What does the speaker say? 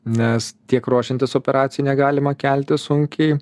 nes tiek ruošiantis operacijai negalima kelti sunkiai